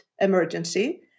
emergency